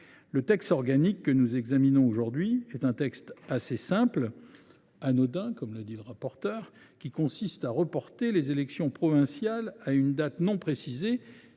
de loi organique que nous examinons aujourd’hui est un texte assez simple, « anodin » comme l’a dit le rapporteur, qui prévoit de reporter les élections provinciales à une date non précisée,